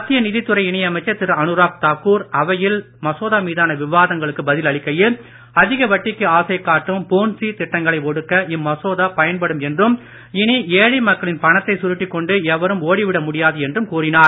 மத்திய நிதி துறை இணை அமைச்சர் திரு அனுராக் தாக்கூர் அவையில் மசோதா மீதான விவாதங்களுக்கு பதில் அளிக்கையில் அதிகவட்டிக்கு ஆசை காட்டும் பொன்சி திட்டங்களை ஒடுக்க இம்மசோதா பயன்படும் என்றும் இனி ஏழை மக்களின் பணத்தை சுருட்டிக் கொண்டு எவரும் ஓடி விட முடியாது என்றும் கூறினார்